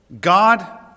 God